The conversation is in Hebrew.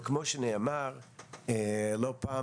אבל כמו שנאמר לא פעם,